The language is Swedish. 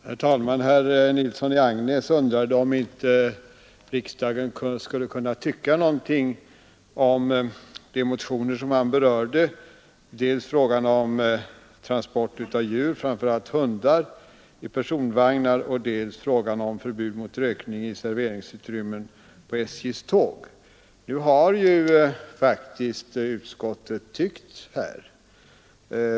Herr talman! Herr Nilsson i Agnäs undrade om inte riksdagen skulle kunna tycka någonting om de motioner som han berörde, dels i frågan om transport av djur, framför allt hundar, i personvagnar, dels i frågan om förbud mot rökning i serveringsutrymmen på SJ:s tåg. Nu har ju faktiskt utskottet tyckt på denna punkt.